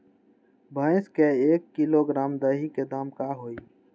भैस के एक किलोग्राम दही के दाम का होई?